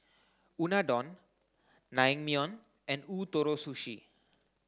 Unadon Naengmyeon and Ootoro Sushi